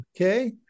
Okay